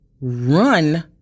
run